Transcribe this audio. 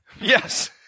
Yes